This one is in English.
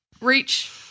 reach